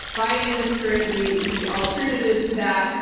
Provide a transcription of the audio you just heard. biden is currently the alternative to that.